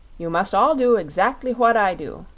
you must all do exactly what i do,